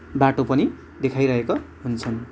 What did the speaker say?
बाटो पनि देखाइरहेको हुन्छन्